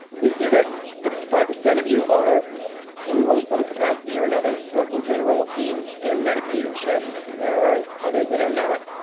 we see that sixty five percent of you are in some capacity or another working to enroll teens in medicaid and chip. there are others that are not,